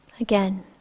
again